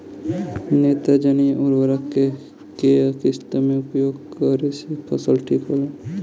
नेत्रजनीय उर्वरक के केय किस्त मे उपयोग करे से फसल ठीक होला?